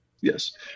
Yes